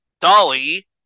Dolly